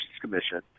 Commission